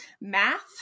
math